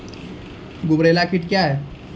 गुबरैला कीट क्या हैं?